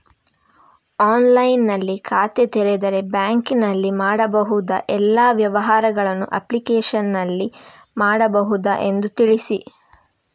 ಆನ್ಲೈನ್ನಲ್ಲಿ ಖಾತೆ ತೆರೆದರೆ ಬ್ಯಾಂಕಿನಲ್ಲಿ ಮಾಡಬಹುದಾ ಎಲ್ಲ ವ್ಯವಹಾರಗಳನ್ನು ಅಪ್ಲಿಕೇಶನ್ನಲ್ಲಿ ಮಾಡಬಹುದಾ ಎಂದು ತಿಳಿಸಿ?